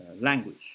language